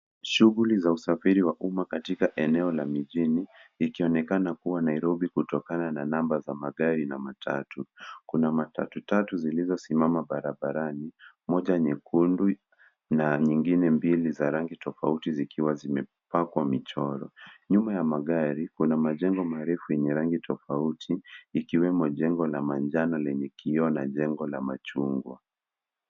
Shughuli za usafiri wa umma katika eneo la mijini ikionekana kuwa Nairobi kutokana na namba za magari na matatu. Kuna matatu tatu zilizosimama barabarani, moja nyekundu na nyingine mbili za rangi tofauti zikiwa zimepakwa michoro. Nyuma ya magari, kuna majengo marefu yenye rangi tofauti ikiwemo jengo la manjano lenye kioo na jengo la machungwa.